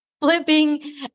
flipping